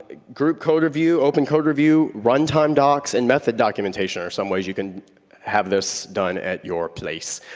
group code review, open code review, runtime docs and method documentation are some ways you can have this done at your place.